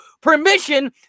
permission